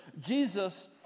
Jesus